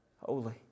Holy